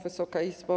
Wysoka Izbo!